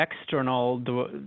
external